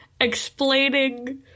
explaining